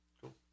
cool